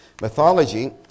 mythology